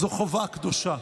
זו חובה קדושה.